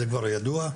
זה כבר ידוע.